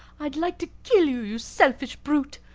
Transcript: i'd like to kill you, you selfish brute.